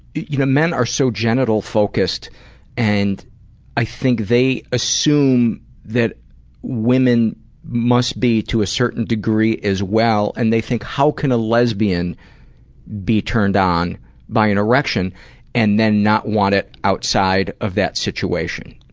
you know men are so genital-focused and i think they assume that women must be to a certain degree as well, and they think how can a lesbian be turned on by an erection and then not want it outside of that situation.